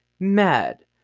mad